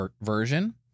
version